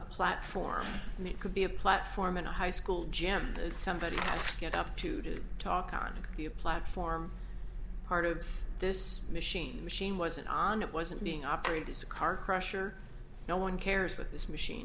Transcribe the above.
platform and it could be a platform in a high school jam that somebody had to get up to to talk on the platform part of this machine machine wasn't on it wasn't being operated as a car crusher no one cares what this machine